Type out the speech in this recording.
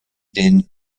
den